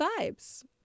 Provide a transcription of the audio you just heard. vibes